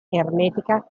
ermetica